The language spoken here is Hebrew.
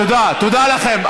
תודה, תודה לכם.